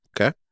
okay